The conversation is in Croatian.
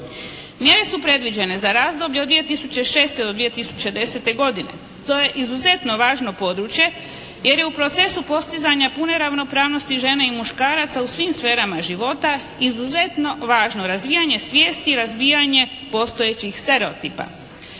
Mjere su predviđene za razdoblje od 2006. do 2010. godine. To je izuzetno važno područje jer je u procesu postizanja pune ravnopravnosti žena i muškaraca u svim sferama života izuzetno važno razvijanje svijesti i razvijanje postojećih stereotipa.